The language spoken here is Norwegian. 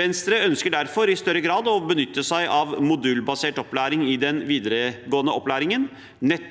Venstre ønsker derfor i større grad å benytte seg av modulbasert opplæring i den videregående opplæringen,